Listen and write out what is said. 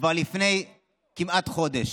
כבר לפני כמעט חודש,